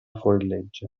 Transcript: fuorilegge